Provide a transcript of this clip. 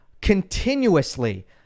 continuously